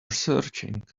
searching